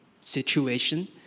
situation